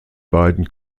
beiden